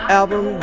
album